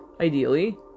ideally